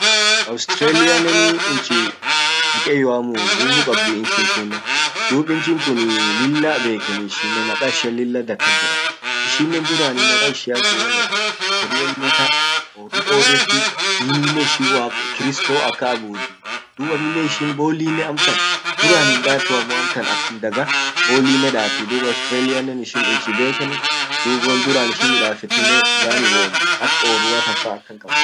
australiannen nchi dikeyyoamuu nguvu kabdii nchin tunnen duub nchin tunnen lilla beekenii ishiinnen makaishian lilla innama kas jiraa ishinnen duraan innama ishian kun won eden hori elmeta orru orretti diininnen waak kristo akan abuddi duub aminne ishin bollinne amtan dutraan hindaatu amtan akum daga daat duub australiannen ishin nchi beekenu duub won duraan ishin midafetinne yaani woom ak orrua tan fa akkan kabdii